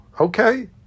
Okay